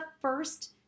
first